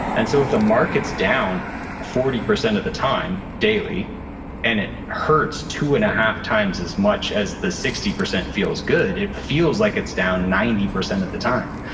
and so if the market's down forty percent of the time daily and it hurts two and a half times as much as the sixty percent feels good, it feels like it's down ninety percent of the time.